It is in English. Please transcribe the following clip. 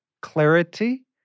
clarity